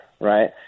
right